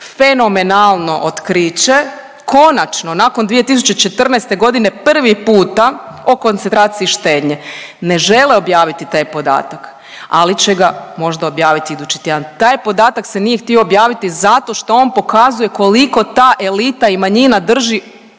fenomenalno otkriće, konačno nakon 2014.g. prvi puta o koncentraciji štednje. Ne žele objaviti taj podatak, ali će ga možda objavit idući tjedan. Taj podatak se nije htio objaviti zato što on pokazuje koliko ta elita i manjina drži